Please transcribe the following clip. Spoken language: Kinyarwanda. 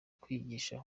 kwigisha